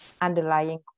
underlying